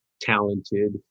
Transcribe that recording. talented